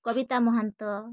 Kavitha Mahanta